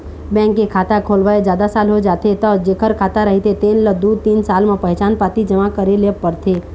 bank के खाता खोलवाए जादा साल हो जाथे त जेखर खाता रहिथे तेन ल दू तीन साल म पहचान पाती जमा करे ल परथे